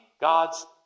God's